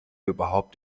überhaupt